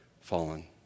Fallen